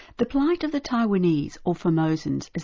the plight of the taiwanese or formosans,